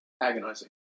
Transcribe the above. agonizing